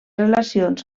relacions